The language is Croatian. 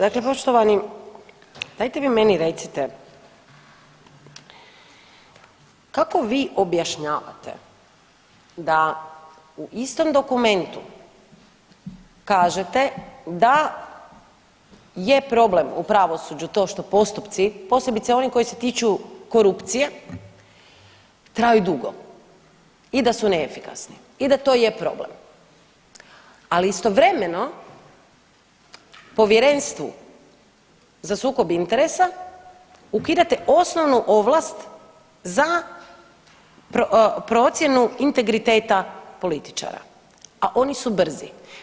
Dakle poštovani, dajte vi meni recite, kako vi objašnjavate da u istom dokumentu kažete da je problem u pravosuđu to što postupci posebice oni koji se tiču korupcije traju dugo i da su neefikasni i da to je problem, ali istovremeno Povjerenstvu za sukob interesa ukidate osnovnu ovlast za procjenu integriteta političara, a oni su brzi.